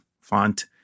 font